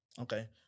Okay